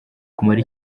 kumara